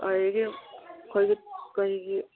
ꯑꯗꯨꯗꯒꯤ ꯑꯩꯈꯣꯏꯒꯤ ꯀꯔꯤꯒꯤ